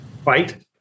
fight